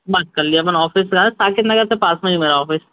बात कार लेंगे अपन औफीस पर आएं साकेत नगर से पास में ही है मेरा औफीस